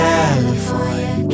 California